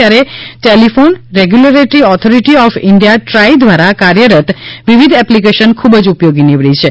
ત્યારે telephone regulatory authority of India TRAI દ્વારા કાર્યરત વિવિધ એપ્લીકેશન્સ ખૂબ જ ઉપયોગી નિવડી શકે એમ છે